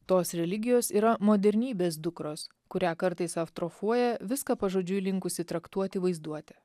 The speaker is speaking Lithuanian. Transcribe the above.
tos religijos yra modernybės dukros kurią kartais aftrofuoja viską pažodžiui linkusi traktuoti vaizduotė